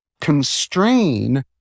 constrain